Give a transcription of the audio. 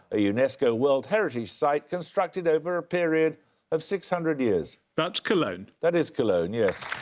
a unesco world heritage site constructed over a period of six hundred years? that's cologne. that is cologne, yes.